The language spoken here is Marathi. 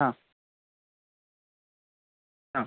हा हा